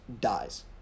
dies